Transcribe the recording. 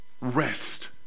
Rest